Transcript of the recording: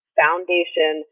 foundation